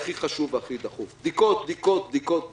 הכי חשוב והכי דחוף: 1) בדיקות! בדיקות! בדיקות!